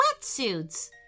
wetsuits